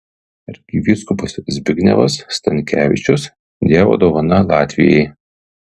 arkivyskupas zbignevas stankevičius dievo dovana latvijai